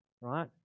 right